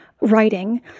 writing